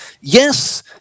Yes